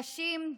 נשים,